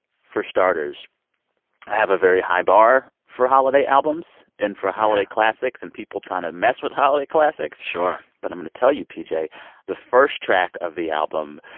for starters, i have a very high bar for holiday albums, and for holiday classics and people trying to mess with holiday classics sure but i'm going to tell you, pj, the first track of the album,